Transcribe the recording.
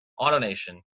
AutoNation